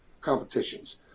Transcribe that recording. competitions